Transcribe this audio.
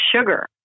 sugar